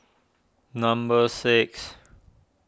number six